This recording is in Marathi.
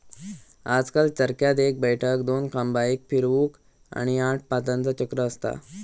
आजकल चरख्यात एक बैठक, दोन खांबा, एक फिरवूक, आणि आठ पातांचा चक्र असता